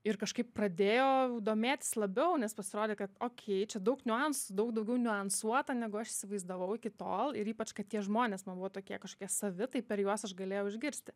ir kažkaip pradėjau domėtis labiau nes pasirodė kad okei čia daug niuansų daug daugiau niuansuota negu aš įsivaizdavau iki tol ir ypač kad tie žmonės man buvo tokie kažkokie savi tai per juos aš galėjau išgirsti